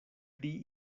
pri